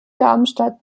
darmstadt